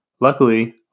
Luckily